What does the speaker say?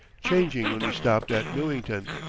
changing when we stopped at newington.